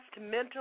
mental